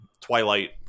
Twilight